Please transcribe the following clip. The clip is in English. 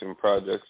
projects